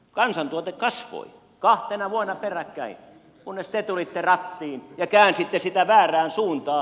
kansantuote kasvoi kahtena vuonna peräkkäin kunnes te tulitte rattiin ja käänsitte sitä väärään suuntaan